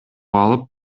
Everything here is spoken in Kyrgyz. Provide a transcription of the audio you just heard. алып